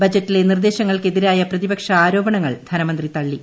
ബജറ്റിലെ നിർദ്ദേശങ്ങൾക്കെതിരായ പ്രതിപക്ഷ ആരോപണങ്ങൾ ധനമന്ത്രി തള്ളി